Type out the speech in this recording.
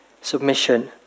Submission